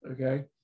Okay